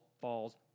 falls